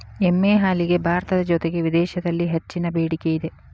ಎಮ್ಮೆ ಹಾಲಿಗೆ ಭಾರತದ ಜೊತೆಗೆ ವಿದೇಶಿದಲ್ಲಿ ಹೆಚ್ಚಿನ ಬೆಡಿಕೆ ಇದೆ